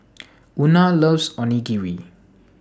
Una loves Onigiri